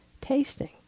tasting